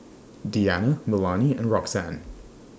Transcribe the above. Deanna Melany and Roxanne